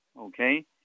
Okay